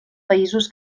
països